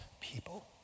people